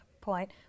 point